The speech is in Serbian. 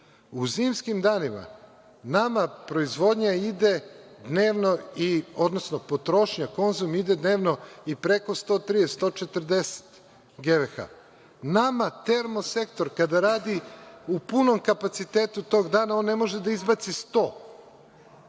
U zimskim danima nama proizvodnja ide dnevno, odnosno potrošnja, konzum ide dnevno i preko 130, 140 gvh. Nama termo sektor kada radi u punom kapacitetu, tog dana on ne može da izbaci 100.